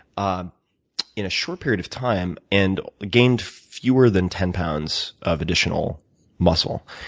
um in a short period of time, and gained fewer than ten pounds of additional muscle.